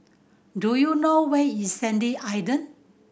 do you know where is Sandy Island